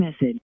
message